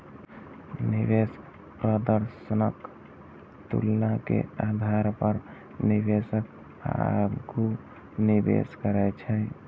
निवेश प्रदर्शनक तुलना के आधार पर निवेशक आगू निवेश करै छै